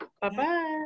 Bye-bye